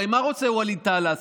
הרי מה רוצה ווליד טאהא לעשות?